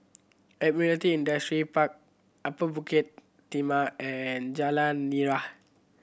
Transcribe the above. Admiralty Industrial Park Upper Bukit Timah and Jalan Nira